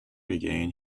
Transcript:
regain